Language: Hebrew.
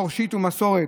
שורשית ומסורת.